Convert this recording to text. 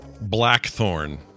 Blackthorn